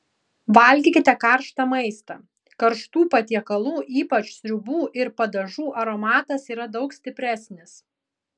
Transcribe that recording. valgykite karštą maistą karštų patiekalų ypač sriubų ir padažų aromatas yra daug stipresnis